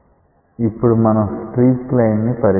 ఇప్పుడు మనం streak line ని పరిగణిద్దాం